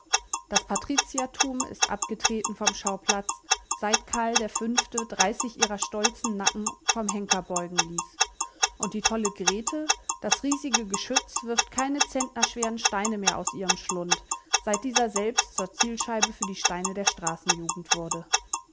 das patriziertum ist abgetreten vom schauplatz seit karl v dreißig ihrer stolzen nacken vom henker beugen ließ und die tolle grete das riesige geschütz wirft keine zentnerschweren steine mehr aus ihrem schlund seit dieser selbst zur zielscheibe für die steine der straßenjugend wurde